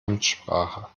amtssprache